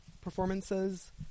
performances